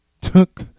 took